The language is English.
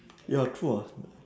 ya true ah